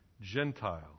Gentile